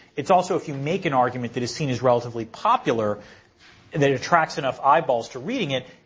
it's also if you make an argument that is seen as relatively popular that it attracts enough eyeballs to reading it,